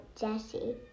Jesse